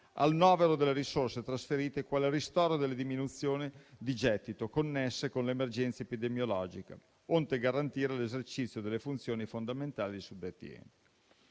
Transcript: al novero delle risorse trasferite quale ristoro delle diminuzioni di gettito connesse con l'emergenza epidemiologica, onde garantire ai suddetti enti l'esercizio delle funzioni fondamentali. Guardiamo